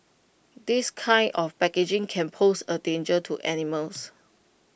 this kind of packaging can pose A danger to animals